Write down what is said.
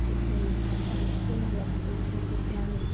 જે કોઈ હિસ્ટ્રીને લગતું છે તો ત્યાંનું